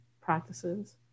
practices